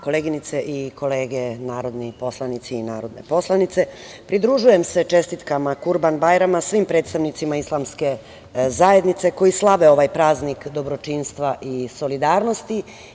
Koleginice i kolege narodi poslanici i narodne poslanice, pridružujem se čestitkama Kurban-bajrama svim predstavnicima islamske zajednice koji slave ovaj praznik dobročinstva i solidarnosti.